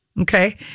Okay